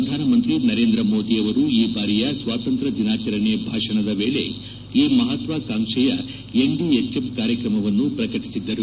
ಪ್ರಧಾನಮಂತ್ರಿ ನರೇಂದ್ರ ಮೋದಿ ಅವರು ಈ ಬಾರಿಯ ಸ್ವಾತಂತ್ರ್ಯ ದಿನಾಚರಣೆ ಭಾಷಣದ ವೇಳೆ ಈ ಮಹತ್ತಾಕಾಂಕ್ಷೆಯ ಎನ್ಡಿಎಚ್ಎಂ ಕಾರ್ಯಕ್ರಮವನ್ನು ಪ್ರಕಟಿಸಿದ್ದರು